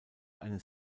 eines